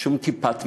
שום טיפת משקה,